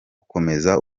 gukomeza